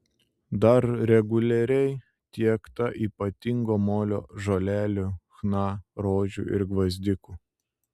dar reguliariai tiekta ypatingo molio žolelių chna rožių ir gvazdikų